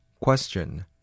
Question